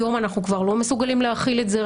היום אנחנו כבר לא מסוגלים להכיל את זה,